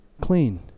clean